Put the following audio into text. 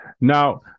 Now